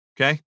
okay